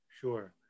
sure